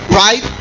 right